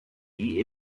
wie